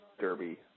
derby